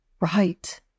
Right